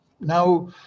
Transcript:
now